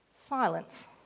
silence